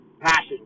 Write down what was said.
passion